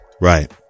right